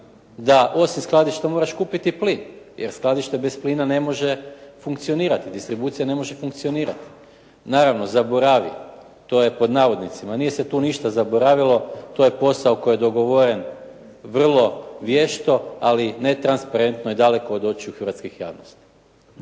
da osim skladišta moraš kupiti i plin jer skladište bez plina ne može funkcionirati, distribucija ne može funkcionirati. Naravno zaboravi, to je pod navodnicima, nije se tu ništa zaboravilo, to je posao koji je dogovoren vrlo vješto ali netransparentno i daleko od očiju javnosti.